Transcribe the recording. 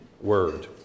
Word